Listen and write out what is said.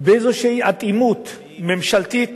באיזו אטימות ממשלתית,